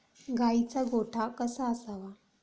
गाईचा गोठा कसा असावा?